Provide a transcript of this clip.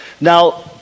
Now